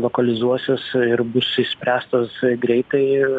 lokalizuosis ir bus išspręstas greitai